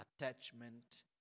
attachment